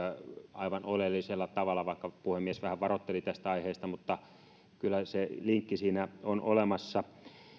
aivan oleellisella tavalla vaikka puhemies vähän varoitteli tästä aiheesta kyllä se linkki siinä on olemassa